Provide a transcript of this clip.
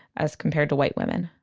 as compared to white women